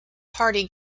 party